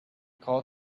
called